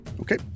Okay